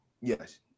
Yes